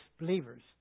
believers